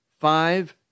five